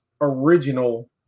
original